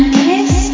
kiss